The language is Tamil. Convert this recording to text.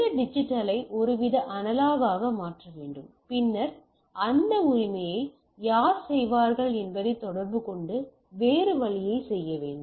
இந்த டிஜிட்டலை ஒருவித அனலாக் ஆக மாற்ற வேண்டும் பின்னர் அந்த உரிமையை யார் செய்வார்கள் என்பதைத் தொடர்புகொண்டு வேறு வழியைச் செய்ய வேண்டும்